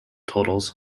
totals